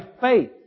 faith